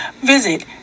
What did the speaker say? Visit